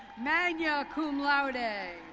magna cum laude.